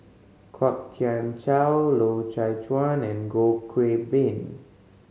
Kwok Kian Chow Loy Chye Chuan and Goh Qiu Bin